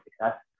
success